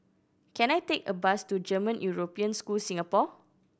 can I take a bus to German European School Singapore